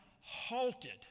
halted